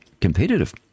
competitive